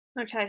okay